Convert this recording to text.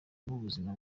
n’ubuzima